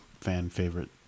fan-favorite